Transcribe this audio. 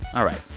all right.